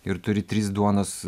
ir turi tris duonos